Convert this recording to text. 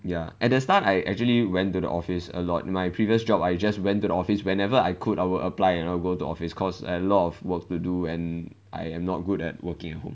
ya at the start I actually went to the office a lot my previous job I just went to the office whenever I could I would apply you know go to office cause there's a lot of work to do and I am not good at working at home